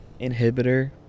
inhibitor